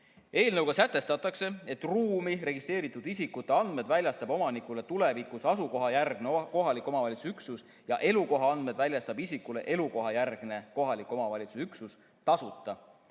Eelnõuga sätestatakse, et ruumi registreeritud isikute andmed väljastab omanikule tulevikus asukohajärgne kohaliku omavalitsuse üksus ja elukohaandmed väljastab isikule elukohajärgne kohaliku omavalitsuse üksus tasuta.